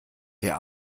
der